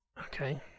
Okay